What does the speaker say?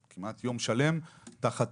כמה פעמים בשנה בא אליכם מישהו כדי